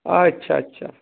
আচ্ছা আচ্ছা